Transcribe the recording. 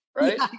right